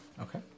Okay